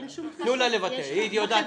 תנו לה להתבטא, היא יודעת